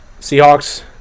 Seahawks